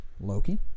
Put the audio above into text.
Loki